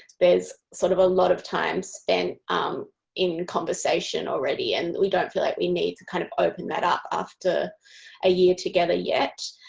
there is sort of a lot of time spent in conversation already and with don't fell like we need to kind of open that up after a year together yet.